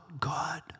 God